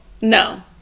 No